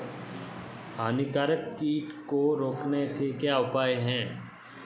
हानिकारक कीट को रोकने के क्या उपाय हैं?